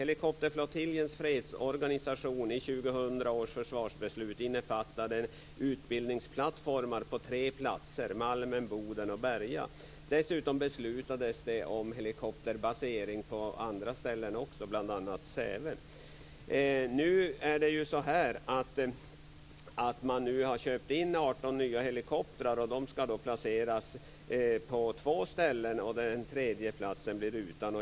Helikopterflottiljens fredsorganisation i försvarsbeslutet år 2000 innefattade utbildningsplattformar på tre platser: Malmen, Boden och Berga. Dessutom beslutades om helikopterbasering på andra ställen, bl.a. Säve. Man har nu köpt in 18 nya helikoptrar, som ska placeras på två ställen, medan den tredje platsen blir utan.